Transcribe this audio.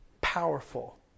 powerful